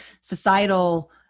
societal